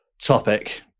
topic